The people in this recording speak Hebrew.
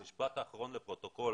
לפרוטוקול,